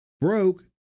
broke